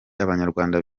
abanyarwanda